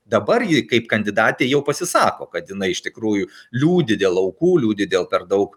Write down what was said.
dabar ji kaip kandidatė jau pasisako kad jinai iš tikrųjų liūdi dėl aukų liūdi dėl per daug